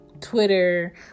Twitter